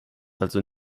also